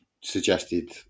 suggested